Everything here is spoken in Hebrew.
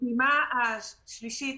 בפעימה השלישית,